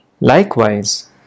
Likewise